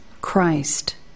Christ